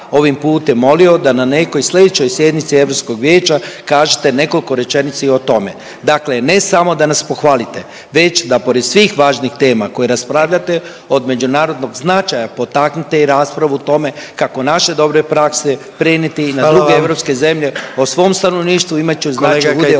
ovim putem molio da na nekoj sledećoj sjednici Europskog vijeća kažete nekoliko rečenica i o tome, dakle ne samo da nas pohvalite već da pored svih važnijih tema koje raspravljate od međunarodnog značaja potaknete i raspravu o tome kako naše dobre prakse prenijeti i na druge…/Upadica predsjednik: Hvala vam/…europske zemlje o svom stanovništvu imat će značajan…/Upadica